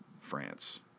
France